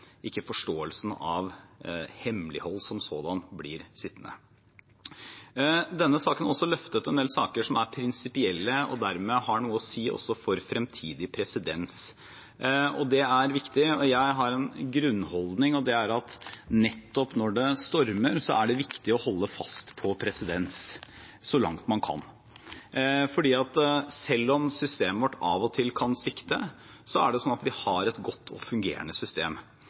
ikke forståelsen av hemmelighold som sådan blir sittende. Denne saken har også løftet en del saker som er prinsipielle og dermed har noe å si for fremtidig presedens, og det er viktig. Jeg har en grunnholdning, og det er at nettopp når det stormer, er det viktig å holde fast på presedens så langt man kan, for selv om systemet vårt av og til kan svikte, er det sånn at vi har et godt og fungerende system.